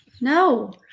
No